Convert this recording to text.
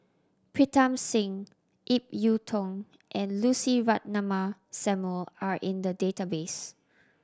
Pritam Singh Ip Yiu Tung and Lucy Ratnammah Samuel are in the database